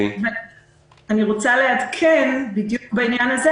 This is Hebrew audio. אני רוצה לעדכן בדיוק בעניין הזה,